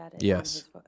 Yes